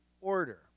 order